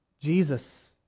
Jesus